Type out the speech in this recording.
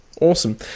Awesome